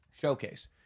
Showcase